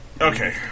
Okay